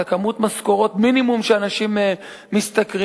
את משכורות המינימום שאנשים משתכרים,